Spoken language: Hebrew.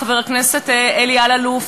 חבר הכנסת אלי אלאלוף,